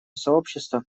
сообщества